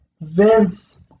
Vince